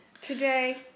Today